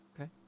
okay